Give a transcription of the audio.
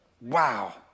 Wow